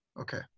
Okay